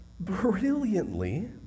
brilliantly